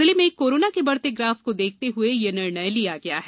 जिले में कोरोनॉ के बढ़ते ग्राफ को देखते हुए यह निर्णय लिया गया है